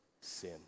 sin